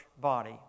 body